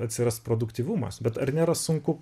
atsiras produktyvumas bet ar nėra sunku